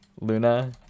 Luna